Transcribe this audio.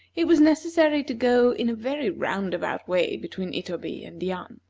it was necessary to go in a very roundabout way between itoby and yan.